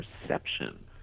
perception